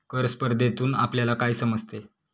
कर स्पर्धेतून आपल्याला काय समजते?